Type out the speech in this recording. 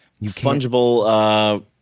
Fungible